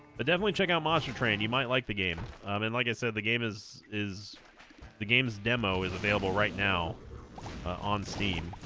definitely check out monster train you might like the game and like i said the game is is the game's demo is available right now on steam